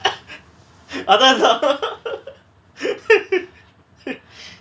அதா அதா:atha atha